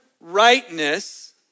rightness